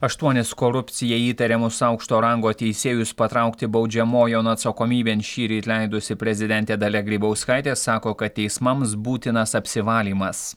aštuonis korupcija įtariamus aukšto rango teisėjus patraukti baudžiamojon atsakomybėn šįryt leidusi prezidentė dalia grybauskaitė sako kad teismams būtinas apsivalymas